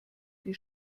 die